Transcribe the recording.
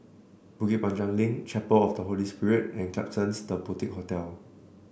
Bukit Panjang Link Chapel of the Holy Spirit and Klapsons The Boutique Hotel